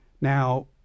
Now